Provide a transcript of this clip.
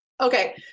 okay